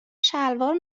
شلوار